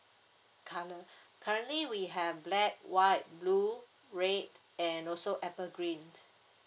colour currently we have black white blue red and also apple green